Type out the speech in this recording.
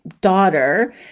daughter